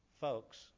folks